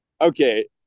okay